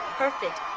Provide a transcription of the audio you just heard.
perfect